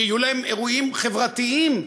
שיהיו להם אירועים חברתיים,